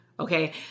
Okay